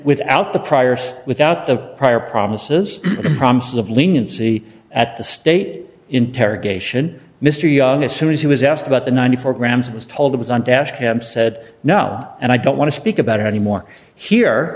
without the prior without the prior promises promises of leniency at the state interrogation mr young as soon as he was asked about the ninety four grams was told it was on dash cam said no and i don't want to speak about it any more here